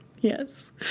yes